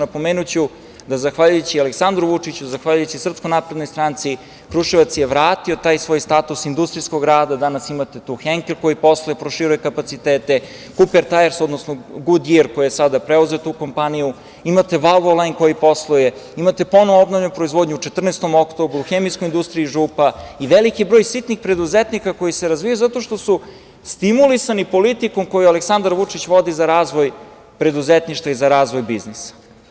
Napomenuću da zahvaljujući Aleksandru Vučiću, zahvaljujući SNS, Kruševac je vratio taj svoj status industrijskog grada i danas tu imate „Henkel“, koji posluje i proširuje kapacitete, „Kuper tajres“ odnosno „Gudjir“ koji je sada preuzeo tu kompaniju, imate „Valvolajn“ koji posluje, imate ponovo obnovljenu proizvodnju u „14. oktobru“, hemijsku industriju „Župa“ i veliki broj sitnih preduzetnika koji se razvijaju zato što su stimulisani politikom koju Aleksandar Vučić vodi za razvoj preduzetništva i za razvoj biznisa.